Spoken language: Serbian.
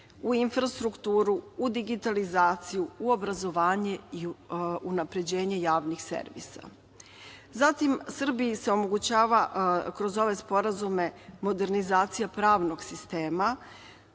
u infrastrukturu, u digitalizaciju, u obrazovanje i unapređenje javnih servisa. Zatim, Srbiji se omogućava kroz ove sporazume modernizacija pravnog sistema,